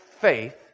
faith